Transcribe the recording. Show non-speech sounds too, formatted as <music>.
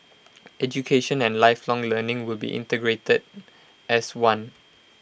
<noise> education and lifelong learning will be integrated as one